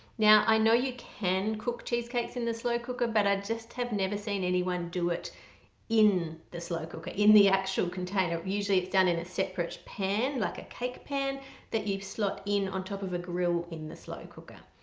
now i know you can cook cheesecakes in the slow cooker but i just have never seen anyone do it in the slow cooker, in the actual container usually it's done in a separate pan like a cake pan that you slot in on top of a grill in the slow cooker.